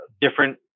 Different